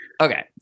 Okay